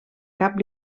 cap